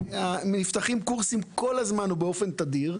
נפתחים קורסים כל הזמן ובאופן תדיר.